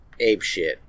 apeshit